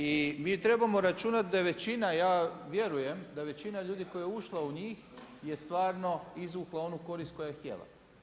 I mi ju trebamo računati, da većina, ja vjerujem, da većina ljudi koja je ušla u njih je stvarno izvukla onu korist koju je htjela.